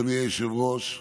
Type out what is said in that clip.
אדוני היושב-ראש,